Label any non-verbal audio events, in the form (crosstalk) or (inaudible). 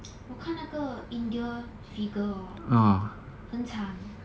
(noise) 我看那个 india figure hor 很惨